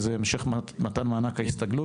זה המשך מתן מענק ההסתגלות.